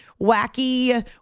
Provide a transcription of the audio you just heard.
wacky